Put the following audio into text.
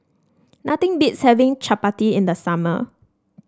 nothing beats having Chapati in the summer